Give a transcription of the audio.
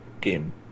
game